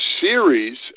series